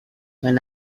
when